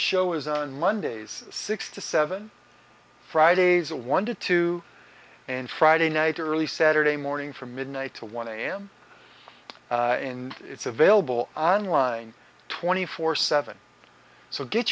show is on mondays six to seven fridays a one to two and friday night early saturday morning from midnight to one am in it's available on line twenty four seven so get